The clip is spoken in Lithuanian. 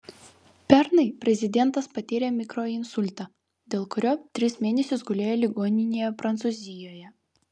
pernai prezidentas patyrė mikroinsultą dėl kurio tris mėnesius gulėjo ligoninėje prancūzijoje